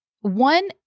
one